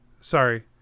Sorry